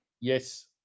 Yes